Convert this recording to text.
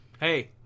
Hey